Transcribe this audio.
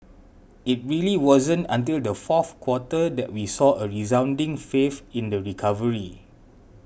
it really wasn't until the fourth quarter that we saw a resounding faith in the recovery